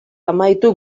amaitu